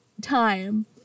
Time